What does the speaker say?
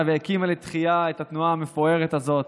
כשהקימה לתחייה את התנועה המפוארת הזאת,